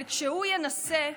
אבל כשהוא ינסה,